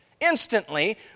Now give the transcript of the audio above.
instantly